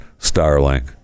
starlink